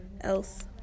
else